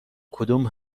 کدوم